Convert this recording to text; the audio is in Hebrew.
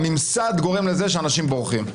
הממסד גורם לזה שאנשים בורחים.